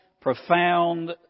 profound